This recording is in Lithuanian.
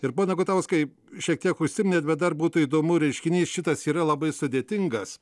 ir bando gutauskai šiek tiek užsiminėte bet dar būtų įdomu reiškinys šitas yra labai sudėtingas